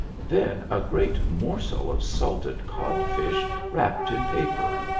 then a great morsel of salted codfish wrapped in paper,